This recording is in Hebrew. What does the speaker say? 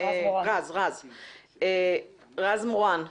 רז מורן,